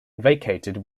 vacated